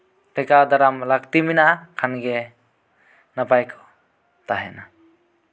ᱴᱮᱠᱟᱣ ᱫᱟᱨᱟᱢ ᱞᱟᱹᱠᱛᱤ ᱢᱮᱱᱟᱜᱼᱟ ᱠᱷᱟᱱ ᱜᱮ ᱱᱟᱯᱟᱭ ᱛᱟᱦᱮᱸᱱᱟ